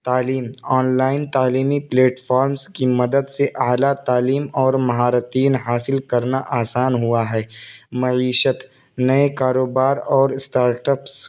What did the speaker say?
تعلیم online تعلیمی platforms کی مدد سے اعلیٰ تعلیم اور مہارتیں حاصل کرنا آسان ہوا ہے معیشت نئے کاروبار اور اسٹارٹپس